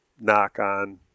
knock-on